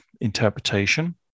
interpretation